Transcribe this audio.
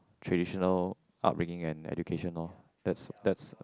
traditional upbringing and education loh that's that's